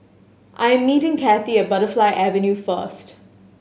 I'm meeting Cathie at Butterfly Avenue first